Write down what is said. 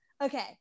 okay